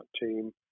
team